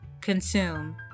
consume